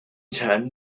turn